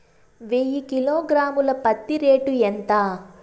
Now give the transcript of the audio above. వెయ్యి కిలోగ్రాము ల పత్తి రేటు ఎంత?